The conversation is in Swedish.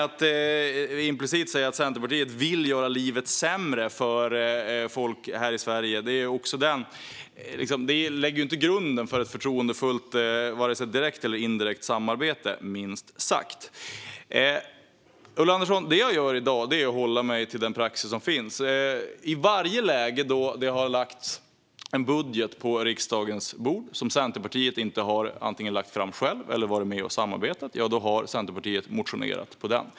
Att implicit säga att Centerpartiet vill göra livet sämre för folk i Sverige lägger minst sagt inte någon grund för ett förtroendefullt direkt eller indirekt samarbete. Det jag gör i dag, Ulla Andersson, är att hålla mig till den praxis som finns. I varje läge då det har lagts en budget på riksdagens bord som Centerpartiet inte har lagt fram själv eller samarbetat om har Centerpartiet motionerat på den.